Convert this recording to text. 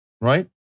Right